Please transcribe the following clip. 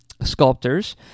sculptors